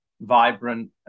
vibrant